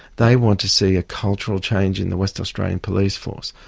they want to see a cultural change in the west australian police force,